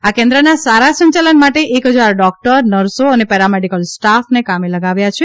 આ કેન્દ્રના સારા સંચાલન માટે એક હજાર ડૉક્ટર નર્સો અને પેરામેડિકલ સ્ટાફને કામે લગાવ્યા છે